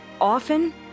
often